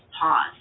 pause